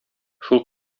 шул